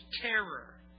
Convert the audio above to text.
terror